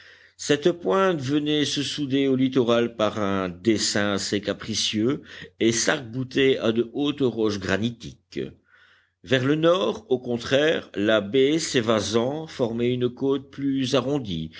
cette pointe venait se souder au littoral par un dessin assez capricieux et sarc boutait à de hautes roches granitiques vers le nord au contraire la baie s'évasant formait une côte plus arrondie